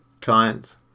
clients